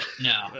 no